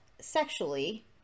sexually